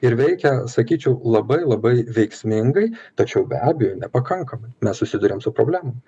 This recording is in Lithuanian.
ir veikia sakyčiau labai labai veiksmingai tačiau be abejo nepakankamai mes susiduriam su problemom